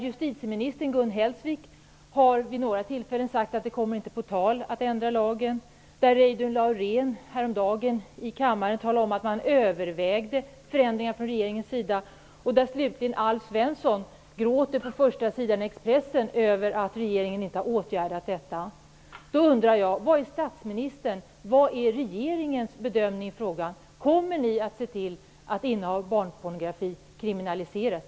Justitieminister Gun Hellsvik har vid några tillfällen sagt att det inte kommer på tal att ändra lagen. Reidunn Laurén talade om häromdagen i kammaren att man från regeringens sida övervägde förändringar. Slutligen gråter statsrådet Alf Svensson på första sidan av Expressen över att regeringen inte har åtgärdat detta. Då undrar jag: Vad är statsministerns och regeringens bedömning i frågan? Kommer ni att se till att innehav av barnpornografiska alster kriminaliseras?